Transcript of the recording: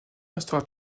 restera